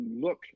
look